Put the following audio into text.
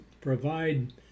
provide